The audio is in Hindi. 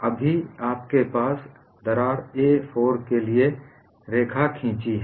अभी आपके पास दरार a 4 के लिए रेखा खींचीं है